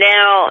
Now